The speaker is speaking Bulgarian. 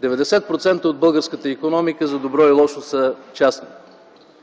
Деветдесет процента от българската икономика – за добро или лошо – са частни.